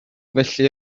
felly